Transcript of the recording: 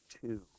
two